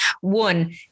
One